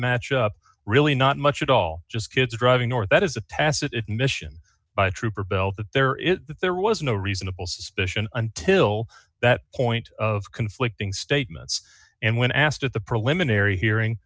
match up really not much at all just gets driving north that is a tacit admission by trooper bell that there is that there was no reasonable suspicion until that point of conflicting statements and when asked at the preliminary hearing